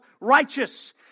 righteous